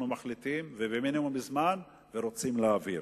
מחליטים ובמינימום זמן ורוצים להעביר.